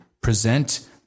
present